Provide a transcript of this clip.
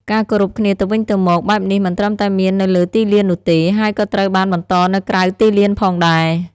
ការគោរពគ្នាទៅវិញទៅមកបែបនេះមិនត្រឹមតែមាននៅលើទីលាននោះទេ ហើយក៏ត្រូវបានបន្តនៅក្រៅទីលានផងដែរ។